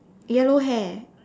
yellow hair